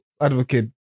advocate